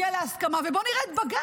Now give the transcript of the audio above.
ובוא נראה את פוגלמן,